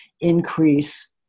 increase